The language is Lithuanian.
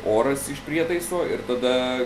oras iš prietaiso ir tada